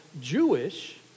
Jewish